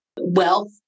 wealth